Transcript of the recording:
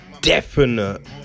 definite